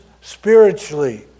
spiritually